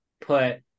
put